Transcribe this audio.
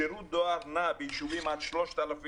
שירות דואר נע ביישובים עד 3,000,